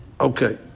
Okay